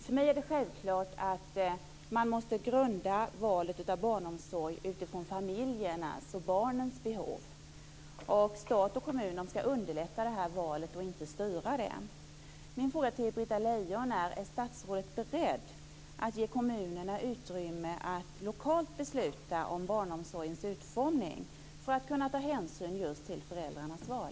För mig är det självklart att valet av barnomsorg måste grundas på familjens och barnens behov. Stat och kommun skall underlätta detta val och inte styra det. Min fråga till Britta Lejon är: Är statsrådet beredd att ge kommunerna utrymme att lokalt besluta om barnomsorgens utformning, just för att kunna ta hänsyn till föräldrarnas val?